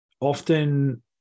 often